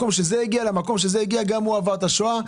שניהם עברו את השואה.